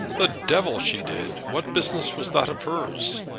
the devil she did. what business was that of hers?